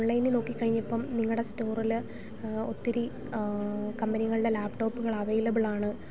ഓൺലൈനിൽ നോക്കിക്കഴിഞ്ഞപ്പം നിങ്ങളുടെ സ്റ്റോറില് ഒത്തിരി കമ്പനികൾടെ ലാപ്ടോപ്പുകൾ അവൈലബിളാണ്